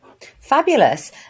Fabulous